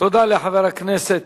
תודה לחבר הכנסת